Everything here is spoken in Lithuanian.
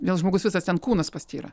vėl žmogus visas ten kūnas pastyra